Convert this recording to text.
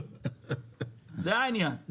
זה העניין.